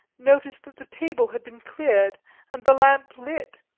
noticed that the table had been cleared and the lamp lit,